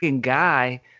guy